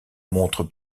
montre